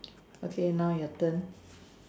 okay now your turn